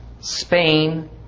Spain